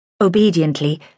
Obediently